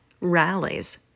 rallies